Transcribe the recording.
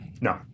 No